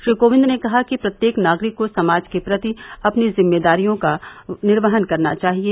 श्री कोविंद ने कहा कि प्रत्येक नागरिक को समाज के प्रति अपनी ज़िम्मेदारियों का निर्वहन करना चाहिये